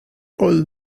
old